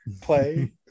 play